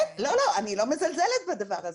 כן, לא אני לא מזלזלת בדבר הזה.